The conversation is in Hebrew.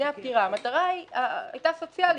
המטרה היתה סוציאלית.